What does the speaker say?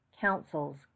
councils